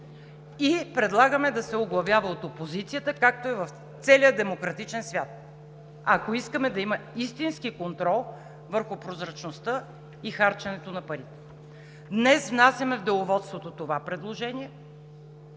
Предлагаме да се оглавява от опозицията, както е в целия демократичен свят, ако искаме да има истински контрол върху прозрачността и харченето на пари. Днес внасяме в Деловодството това предложение